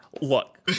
Look